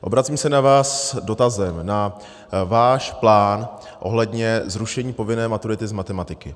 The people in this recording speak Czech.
Obracím se na vás s dotazem na váš plán ohledně zrušení povinné maturity z matematiky.